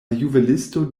juvelisto